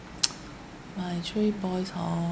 my three boys hor